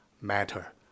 matter